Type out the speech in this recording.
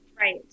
Right